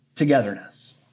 togetherness